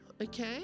okay